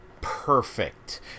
perfect